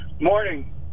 Morning